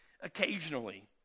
occasionally